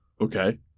Okay